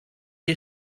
you